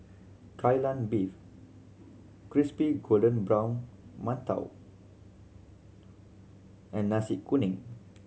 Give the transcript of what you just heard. Kai Lan Beef crispy golden brown mantou and Nasi Kuning